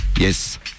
Yes